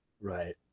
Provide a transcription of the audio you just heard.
Right